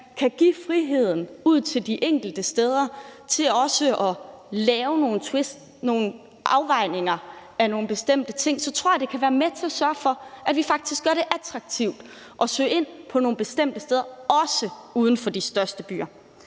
kan give friheden ud til de enkelte steder til at lave nogle afvejninger af nogle bestemte ting, så tror jeg også, det kan være med til at sørge for, at vi faktisk gør det attraktivt at søge ind på nogle bestemte steder, også uden for de største byer.